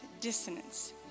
dissonance